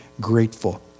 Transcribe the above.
grateful